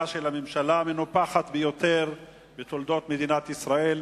של הממשלה המנופחת ביותר בתולדות מדינת ישראל,